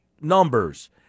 numbers